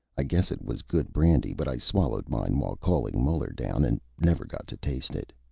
i guess it was good brandy, but i swallowed mine while calling muller down, and never got to taste it.